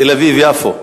תל-אביב יפו.